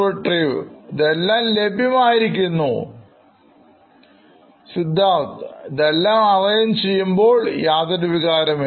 Suprativ ഇതെല്ലാം ലഭ്യമായിരിക്കുന്നു Siddharth ഇതെല്ലാം arrange ചെയ്യുമ്പോൾ യാതൊരു വികാരവും ഇല്ല